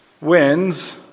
wins